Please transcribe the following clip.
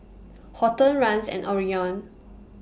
Horton Rance and Orion